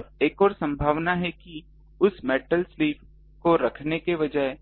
अब एक और संभावना है कि उस मेटल स्लीव को रखने के बजाय